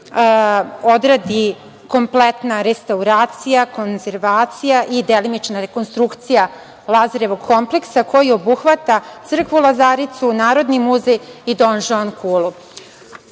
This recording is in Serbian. odradi kompletna restauracija, konzervacija i delimična rekonstrukcija Lazarevog kompleksa koji obuhvata crkvu Lazaricu, Narodni muzej i Donžon